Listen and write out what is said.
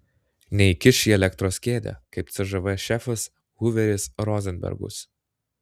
neįkiš į elektros kėdę kaip cžv šefas huveris rozenbergus